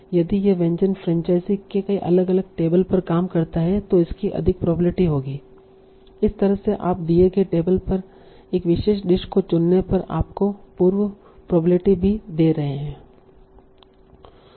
यदि यह व्यंजन फ्रैंचाइज़ी के कई अलग अलग टेबल पर काम करता है तो इसकी अधिक प्रोबेबिलिटी होगी इस तरह से आप किसी दिए गए टेबल पर एक विशेष डिश को चुनने पर आपको पूर्व प्रोबेबिलिटी भी दे रहे हैं